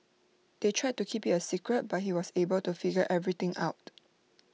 they tried to keep IT A secret but he was able to figure everything out